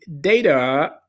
data